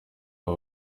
aba